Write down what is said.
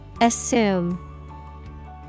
Assume